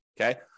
okay